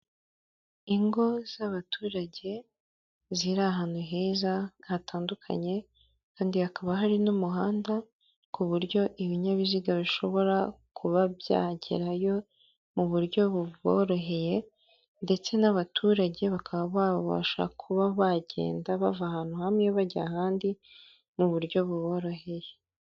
Ingo z'abaturage ziri ahantu heza hatandukanye kandi hakaba hari n'umuhanda, ku buryo ibinyabiziga bishobora kuba byagerayo mu buryo buboroheye ndetse n'abaturage bakaba babasha kuba bagenda bava ahantu hamwe bajya ahandi mu buryo buboroheye.